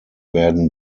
werden